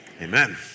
amen